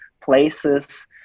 places